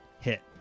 Hit